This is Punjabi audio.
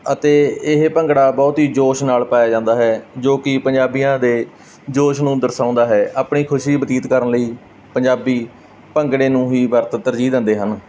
ਅਤੇ ਇਹ ਭੰਗੜਾ ਬਹੁਤ ਹੀ ਜੋਸ਼ ਨਾਲ ਪਾਇਆ ਜਾਂਦਾ ਹੈ ਜੋ ਕਿ ਪੰਜਾਬੀਆਂ ਦੇ ਜੋਸ਼ ਨੂੰ ਦਰਸਾਉਂਦਾ ਹੈ ਆਪਣੀ ਖੁਸ਼ੀ ਬਤੀਤ ਕਰਨ ਲਈ ਪੰਜਾਬੀ ਭੰਗੜੇ ਨੂੰ ਹੀ ਵਰਤ ਤਰਜੀਹ ਦਿੰਦੇ ਹਨ